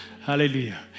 hallelujah